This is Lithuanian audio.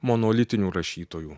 monolitinių rašytojų